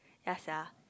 ya sia